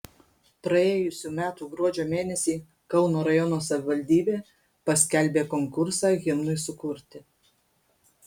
praėjusių metų gruodžio mėnesį kauno rajono savivaldybė paskelbė konkursą himnui sukurti